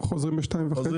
מצוין.